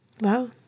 Wow